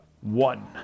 one